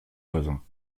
voisin